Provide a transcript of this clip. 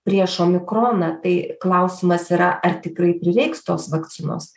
prieš omikroną tai klausimas yra ar tikrai prireiks tos vakcinos